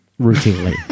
routinely